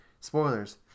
Spoilers